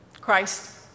Christ